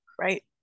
Right